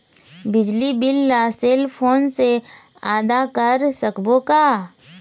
बिजली बिल ला cell phone से आदा कर सकबो का?